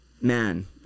Man